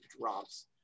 drops